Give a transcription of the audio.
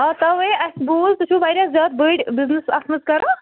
آ تَوَے اَسہِ بوٗز تُہۍ چھُو واریاہ زیادٕ بٔڑۍ بِزنس اَتھ منٛز کَران